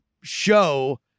show